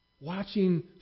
Watching